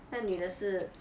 那女的是